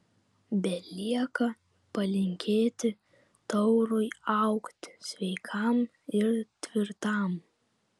belieka palinkėti taurui augti sveikam ir tvirtam